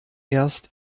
erst